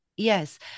Yes